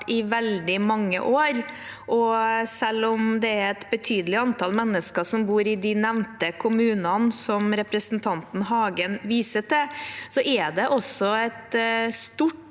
i veldig mange år. Selv om det er et betydelig antall mennesker som bor i de kommunene representanten Hagen viser til, er det også et stort